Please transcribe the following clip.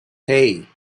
hey